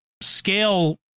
scale